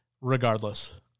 regardless